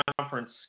conference